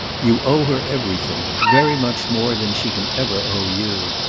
you owe her everything very much more than she can ever owe you.